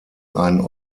einen